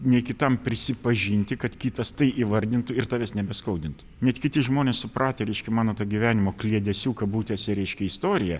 nei kitam prisipažinti kad kitas tai įvardintų ir tavęs nebeskaudintų net kiti žmonės supratę reiškia mano tą gyvenimo kliedesių kabutėse reiškia istoriją